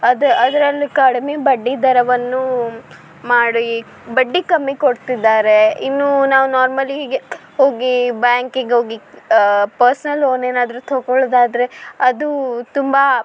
ಅದು ಅದರಲ್ಲೂ ಕಡಿಮೆ ಬಡ್ಡಿ ದರವನ್ನು ಮಾಡಿ ಬಡ್ಡಿ ಕಮ್ಮಿ ಕೊಡ್ತಿದ್ದಾರೆ ಇನ್ನೂ ನಾವು ನಾರ್ಮಲಿ ಹೀಗೆ ಹೋಗಿ ಬ್ಯಾಂಕಿಗೆ ಹೋಗಿ ಪರ್ಸ್ನಲ್ ಲೋನ್ ಏನಾದರೂ ತೊಗೊಳ್ಳುದಾದರೆ ಅದು ತುಂಬ